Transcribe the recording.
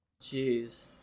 Jeez